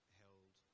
held